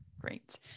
Great